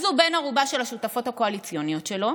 אז הוא בן ערובה של השותפות הקואליציוניות שלו,